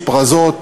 "פרזות",